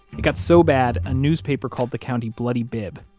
it got so bad, a newspaper called the county bloody bibb,